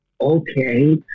okay